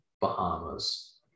Bahamas